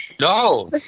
No